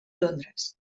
londres